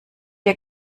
dir